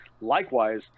Likewise